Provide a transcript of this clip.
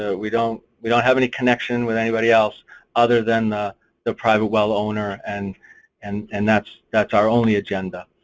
ah we don't we don't have any connection with anybody else other than the the private well owner and and and that's that's our only agenda.